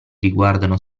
riguardano